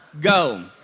go